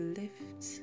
lift